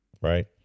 right